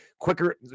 quicker